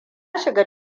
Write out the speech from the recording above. shiga